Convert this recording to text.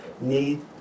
Need